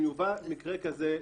אם יובא מקרה כזה לשולחני,